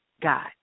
God